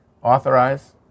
Authorize